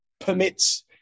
permits